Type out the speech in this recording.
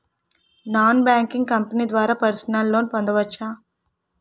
Non banking company ద్వారా personal loan పొందవచ్చా?